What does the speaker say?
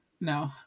no